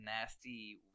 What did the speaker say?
nasty